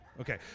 Okay